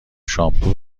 شامپو